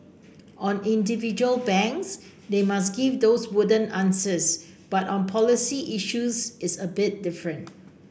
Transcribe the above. on individual banks they must give those wooden answers but on policy issues it's a bit different